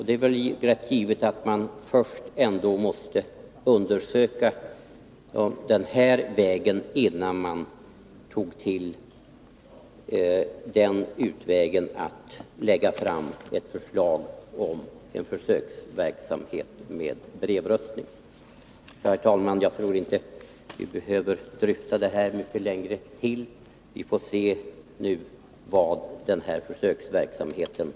Det är givet att regeringen ändå först måste undersöka om det gick att förhandlingsvägen uppnå en lösning, innan man tog till utvägen att lägga fram ett förslag om en försöksverksamhet med brevröstning. Herr talman! Jag tror inte att vi behöver dryfta den här frågan längre. Vi får nu se vad försöksverksamheten ger.